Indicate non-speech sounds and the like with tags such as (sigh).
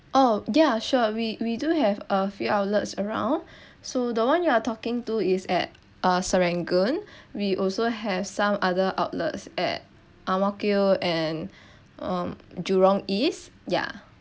oh yeah sure we we do have a few outlets around (breath) so the one you are talking to is at uh serangoon (breath) we also have some other outlets at ang mo kio and (breath) um jurong east yeah